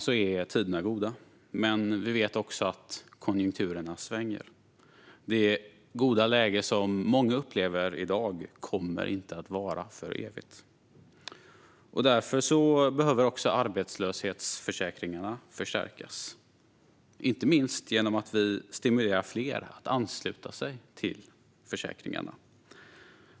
Just nu är tiderna goda, men vi vet också att konjunkturerna svänger. Det goda läge som många upplever i dag kommer inte att vara för evigt. Därför behöver också arbetslöshetsförsäkringarna förstärkas, inte minst genom att vi stimulerar fler att ansluta sig till försäkringarna.